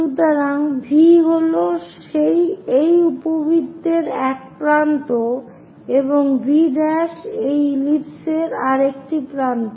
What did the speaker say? সুতরাং V হল এই উপবৃত্তের এক প্রান্ত এবং V' একটি ইলিপস এর আরেকটি প্রান্ত